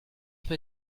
peu